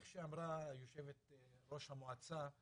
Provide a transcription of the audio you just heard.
מה שאמרה יושבת-ראש המועצה,